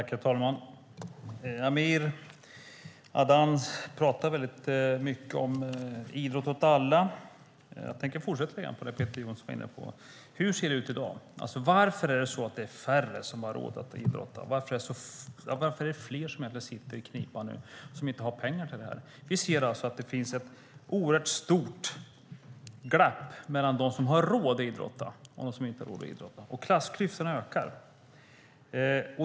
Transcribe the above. Herr talman! Amir Adan talar väldigt mycket om idrott åt alla. Jag tänker fortsätta lite grann på det Peter Johnsson var inne på. Hur ser det ut i dag? Varför är det så att det är färre som har råd att idrotta? Varför är det fler som nu sitter i knipa och inte har pengar till detta? Vi ser alltså att det finns ett oerhört stort glapp mellan dem som har råd att idrotta och dem som inte har råd att idrotta, och klassklyftorna ökar.